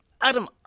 Adam